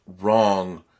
wrong